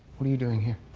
what are you doing here?